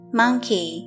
monkey